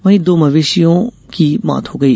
वहीं दो मवेशियों की मौत हो गयी